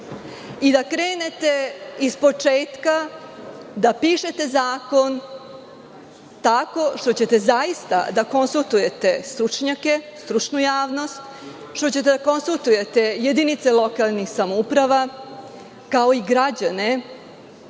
i da krenete iz početka da pišete zakon tako što ćete zaista da konstatujete stručnjake, stručnu javnost, jedinice lokalnih samouprava, kao i građane,